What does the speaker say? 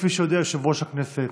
כפי שהודיע יושב-ראש הכנסת,